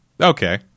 okay